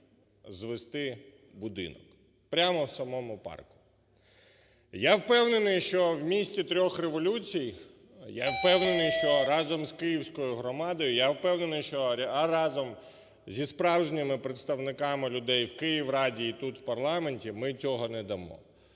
звести будинок прямо в самому парку. Я впевнений, що в місті трьох революцій, я впевнений, що разом з київською громадою, я впевнений, що разом зі справжніми представниками людей в Київраді і тут у парламенті ми цього не дамо.